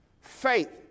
Faith